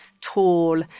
tall